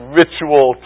ritual